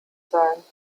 sein